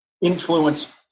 influence